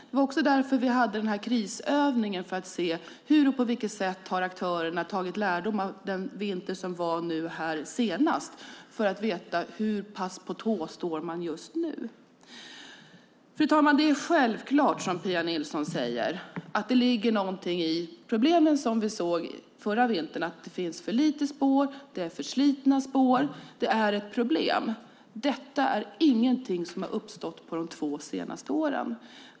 Det var också därför vi hade krisövningen, för att se på vilket sätt aktörerna har tagit lärdom av den vinter som var nu senast och få veta hur pass på tå man står just nu. Fru talman! Det är självklart, som Pia Nilsson säger, att det ligger någonting i att problemen som vi såg förra vintern hör samman med att det finns för lite spår och för slitna spår. Det är ett problem. Detta är ingenting som har uppstått de två senaste åren.